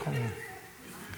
אני